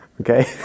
Okay